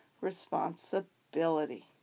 responsibility